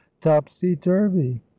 topsy-turvy